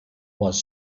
was